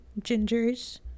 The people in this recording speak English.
gingers